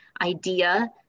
idea